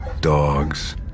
Dogs